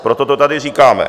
Proto to tady říkáme.